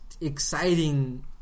exciting